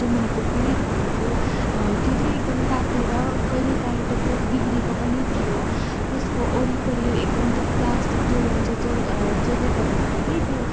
जो मुनिको प्लेट हुन्थ्यो त्यो चाहिँ एकदम तातिएर कहिले काहीँ त त्यो बिग्रेको पनि थियो त्यसको वरिपरि एकदम त्यो प्लास्टिक जो हुन्छ जो जसले गर्दाखेरि चाहिँ त्यो